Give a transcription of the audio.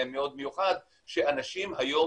שאנשים היום